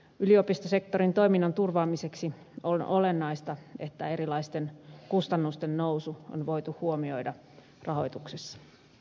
yliopistosektorin toiminnan turvaamiseksi on olennaista että erilaisten kustannusten nousu on voitu huomioida rahoituksessa